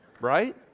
Right